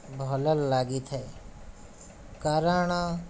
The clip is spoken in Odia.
ଭଲ ଲାଗିଥାଏ କାରଣ